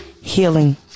Healing